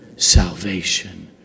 Salvation